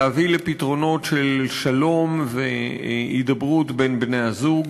להביא לפתרונות של שלום והידברות בין בני-הזוג